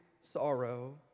sorrow